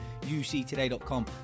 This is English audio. uctoday.com